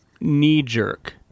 knee-jerk